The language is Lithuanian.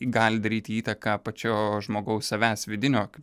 gali daryti įtaką pačio žmogaus savęs vidinio kaip